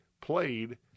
played